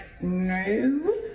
no